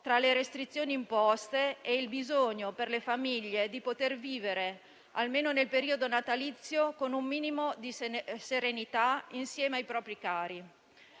tra le restrizioni imposte e il bisogno per le famiglie di vivere - almeno nel periodo natalizio - con un minimo di serenità insieme ai propri cari.